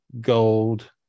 gold